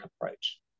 approach